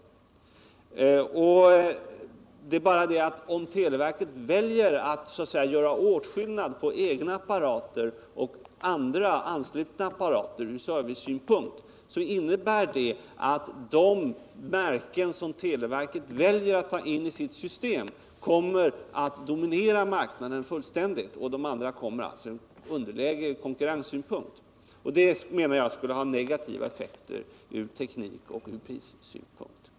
Om televerket väljer att så att säga göra åtskillnad på egna apparater och andra anslutna apparater ur servicesynpunkt så innebär det att de märken som televerket väljer att ta in i sitt system kommer att dominera marknaden fullständigt, medan de andra kommer i ett underläge i konkurrensen. Det skulle, menar jag, ha negativa effekter ur teknikoch prissynpunkt.